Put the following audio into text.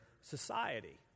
society